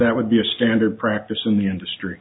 that would be a standard practice in the industry